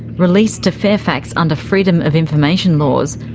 released to fairfax under freedom of information laws,